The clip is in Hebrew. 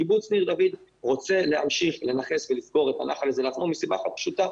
קיבוץ ניר דוד רוצה להמשיך לנכס את הנחל הזה רק לעצמו מסיבה אחת פשוטה,